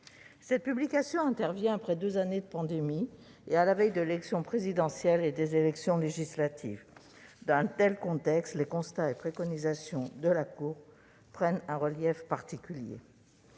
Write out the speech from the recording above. Cette publication intervient après deux années de pandémie et à la veille de l'élection présidentielle et des élections législatives. Dans un tel contexte, les constats et les préconisations de la Cour prennent un relief particulier.